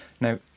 now